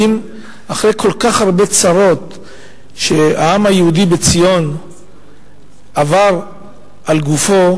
האם אחרי כל כך הרבה צרות שהעם היהודי בציון עבר על גופו,